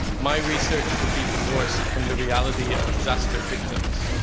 my research would be divorced from the reality of disaster victims.